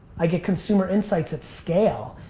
i get consumer insights at scale.